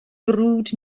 brwd